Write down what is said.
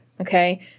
Okay